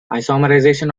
isomerization